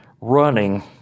running